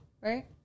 right